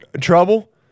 trouble